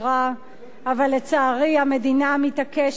אבל לצערי המדינה מתעקשת להתחמק ממנה.